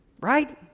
Right